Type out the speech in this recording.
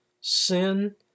Sin